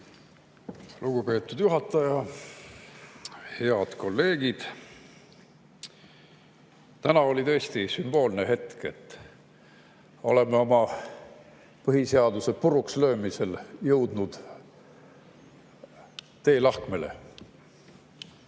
Lugupeetud juhataja! Head kolleegid! Täna oli tõesti sümboolne hetk. Oleme oma põhiseaduse purukslöömisel jõudnud teelahkmele.